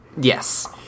Yes